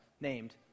named